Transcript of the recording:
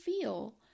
feel